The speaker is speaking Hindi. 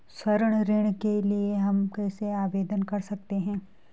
स्वर्ण ऋण के लिए हम कैसे आवेदन कर सकते हैं?